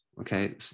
okay